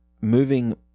moving